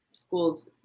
schools